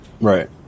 Right